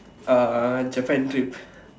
uh Japan trip